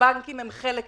הבנקים הם חלק מזה.